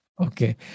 okay